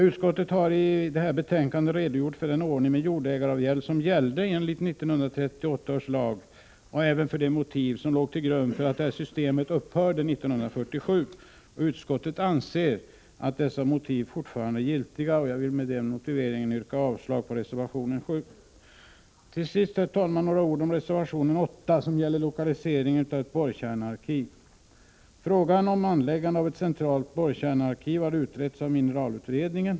Utskottet har i betänkandet redogjort för den ordning med jordägaravgäld som gällde enligt 1938 års lag och även för de motiv som låg till grund för att detta system upphörde 1947. Utskottet anser att dessa motiv fortfarande är giltiga, varför jag yrkar avslag på reservation 7. Till sist, herr talman, några ord om reservation 8, som gäller lokalisering av nearkiv har utretts av mineralutredningen.